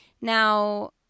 Now